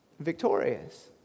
Victorious